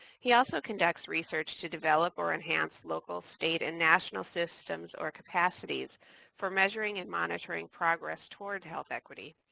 he also conducts research to develop or enhance local state and national systems or capacities for measuring and monitoring progress toward health equity.